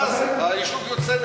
ואז היישוב יוצא,